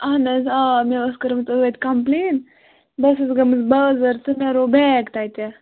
اَہَن حظ آ مےٚ ٲسۍ کٔرمٕژ ٲدۍ کَمپُلین بہٕ ٲسٕس گٲمٕژ بازر تہٕ مےٚ رو بیگ تَتہِ